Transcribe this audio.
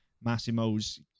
Massimo's